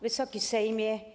Wysoki Sejmie!